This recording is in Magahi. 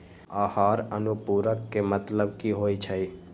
आहार अनुपूरक के मतलब की होइ छई?